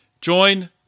Join